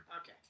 Okay